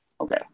Okay